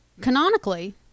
canonically